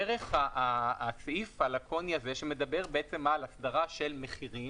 דרך הסעיף הלאקוני הזה שמדבר בעצם על הסדרה של מחירים,